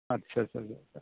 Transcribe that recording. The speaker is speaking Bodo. आच्चा आच्चा